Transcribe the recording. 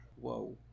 Whoa